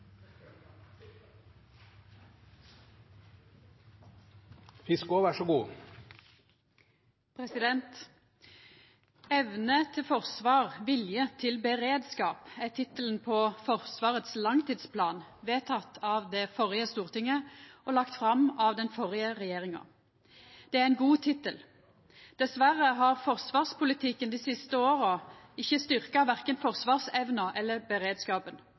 tittelen på Forsvarets langtidsplan, vedtatt av det førre stortinget og lagt fram av den førre regjeringa. Det er ein god tittel. Dessverre har forsvarspolitikken dei siste åra ikkje styrkt verken forsvarsevna eller beredskapen.